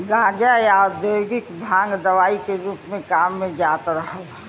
गांजा, या औद्योगिक भांग दवाई के रूप में काम में जात रहल